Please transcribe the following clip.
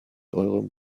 eurem